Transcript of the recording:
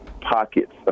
pockets